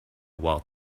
while